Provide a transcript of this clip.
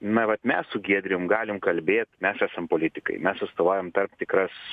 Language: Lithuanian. na vat mes su giedrium galim kalbėt mes esam politikai mes atstovaujam tarp tikras